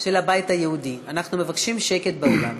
של הבית היהודי, אנחנו מבקשים שקט באולם.